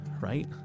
right